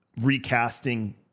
recasting